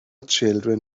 children